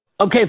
Okay